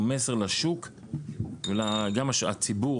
וגם הציבור,